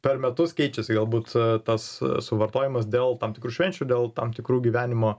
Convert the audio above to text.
per metus keičiasi galbūt tas suvartojimas dėl tam tikrų švenčių dėl tam tikrų gyvenimo